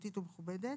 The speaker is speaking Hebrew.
בטיחותית ומכובדת,